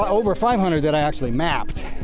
over five hundred that i actually mapped.